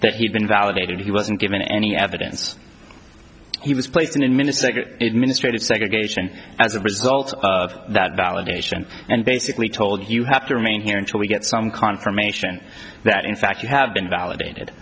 that he'd been validated he wasn't given any evidence he was placed in minnesota it mistreated segregation as a result of that validation and basically told you have to remain here until we get some confirmation that in fact you have been validated